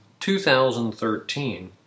2013